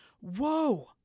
Whoa